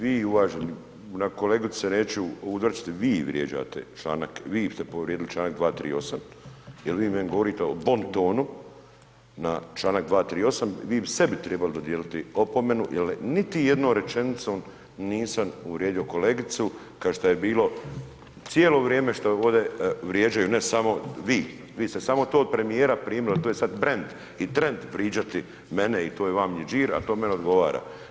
Vi uvaženi, na kolegicu se neću uzvraćati, vi vrijeđate članak, vi ste povrijedili Članak 238. jer vi meni govorite o bontonu na Članak 238. vi bi sebi tribali dodijeliti opomenu jel niti jednom rečenicom nisam uvrijedio kolegicu kao šta je bilo, cijelo vrijeme što ovdje vrijeđaju, ne samo vi, vi ste samo to od premijera primili jer to je sad brend i trend vriđati mene i to vam je đir, a to vam i odgovara.